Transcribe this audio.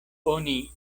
oni